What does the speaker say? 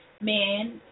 man